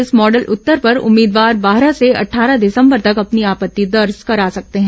इस मॉडल उत्तर पर उम्मीदवार बारह से अट्ठारह दिसंबर तक अपनी आपत्ति दर्ज करा सकते हैं